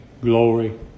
glory